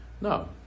No